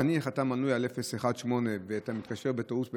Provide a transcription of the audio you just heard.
נניח אתה מנוי על 018 ואתה מתקשר בטעות ב-019,